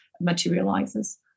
materializes